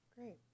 great